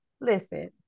Listen